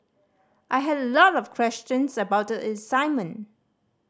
I had a lot of questions about the assignment